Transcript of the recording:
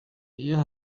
iyo